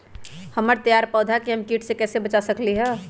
हमर तैयार पौधा के हम किट से कैसे बचा सकलि ह?